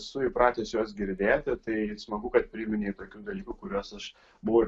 esu įpratęs juos girdėti tai smagu kad priminei tokių dalykų kuriuos aš buvau